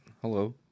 Hello